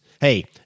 Hey